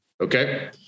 Okay